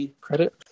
credit